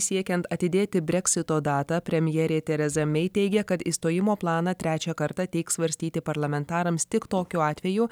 siekiant atidėti breksito datą premjerė tereza mei teigia kad išstojimo planą trečią kartą teiks svarstyti parlamentarams tik tokiu atveju